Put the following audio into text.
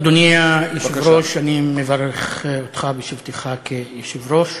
אדוני היושב-ראש, אני מברך אותך בשבתך כיושב-ראש.